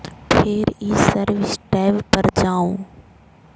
फेर ई service tab पर जाउ